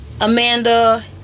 Amanda